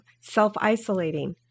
self-isolating